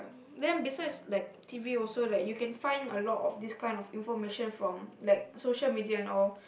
then besides like t_v also like you can find a lot of this kind of information from like social media and all